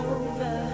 over